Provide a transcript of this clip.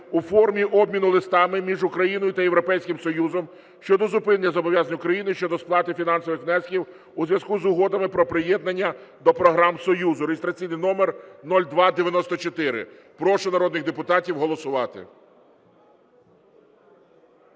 (у формі обміну листами) між Україною та Європейським Союзом щодо зупинення зобов'язань України щодо сплати фінансових внесків у зв'язку з угодами про приєднання до програм Союзу (реєстраційний номер 0294). Прошу народних депутатів голосувати.